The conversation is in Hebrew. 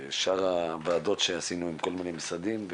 בשאר ישיבות שעשינו עם כל המשרדים,